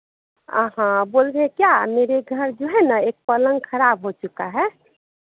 हाँ हाँ बोल रहे क्या मेरे घर जो है न एक पलंग खराब हो चुका है